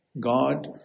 God